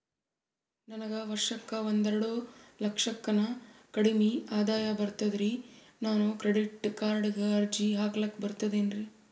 ನನಗ ವರ್ಷಕ್ಕ ಒಂದೆರಡು ಲಕ್ಷಕ್ಕನ ಕಡಿಮಿ ಆದಾಯ ಬರ್ತದ್ರಿ ನಾನು ಕ್ರೆಡಿಟ್ ಕಾರ್ಡೀಗ ಅರ್ಜಿ ಹಾಕ್ಲಕ ಬರ್ತದೇನ್ರಿ?